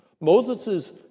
Moses